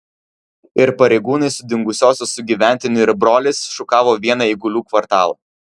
ir pareigūnai su dingusiosios sugyventiniu ir broliais šukavo vieną eigulių kvartalą